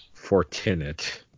Fortinet